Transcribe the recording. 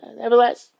nevertheless